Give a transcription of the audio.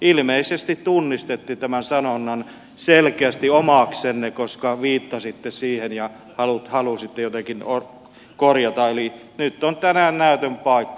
ilmeisesti tunnistitte tämän sanonnan selkeästi omaksenne koska viittasitte siihen ja halusitte jotenkin korjata eli nyt on tänään näytön paikka